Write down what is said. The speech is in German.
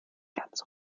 ganz